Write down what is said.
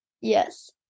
Yes